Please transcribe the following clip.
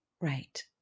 right